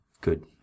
Good